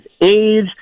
age